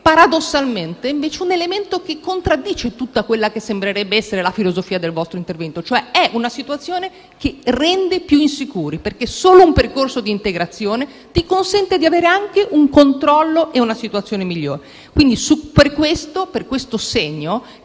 paradossalmente, un elemento che contraddice tutta quella che sembrerebbe essere la filosofia del vostro intervento. È cioè una situazione che rende più insicuri perché solo un percorso di integrazione consente di avere anche un controllo e una situazione migliori. Per questo segno,